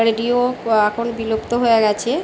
radio ক এখন বিলুপ্ত হয়ে গিয়েছে